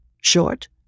short